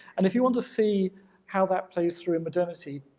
and if you want to see how that plays through in modernity,